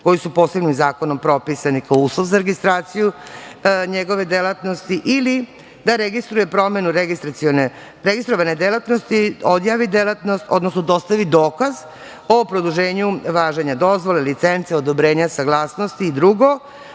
koji su posebnim zakonom propisani kao uslov za registraciju njegove delatnosti ili da registruje promenu registrovane delatnosti, odjavi delatnost, odnosno dostavi dokaz o produženju važenja dozvole, licence, odobrenja, saglasnosti i drugo,